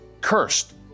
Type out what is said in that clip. cursed